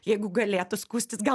jeigu galėtų skųstis gal